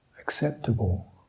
acceptable